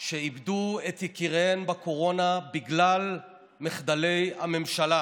שאיבדו את יקיריהן בקורונה בגלל מחדלי הממשלה,